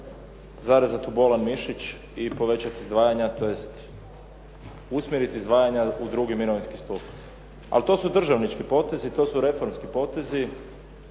zarezat u bolan mišić i povećat izdvajanja tj. usmjerit izdvajanja u drugi mirovinski stup. Ali to su državnički potezi, to su reformski potezi.